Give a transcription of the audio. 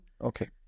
Okay